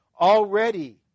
already